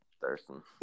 Thurston